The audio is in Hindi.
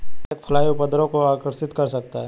एक फ्लाई उपद्रव को आकर्षित कर सकता है?